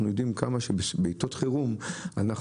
אנחנו יודעים כמה שבעתות חירום אנחנו